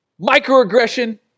Microaggression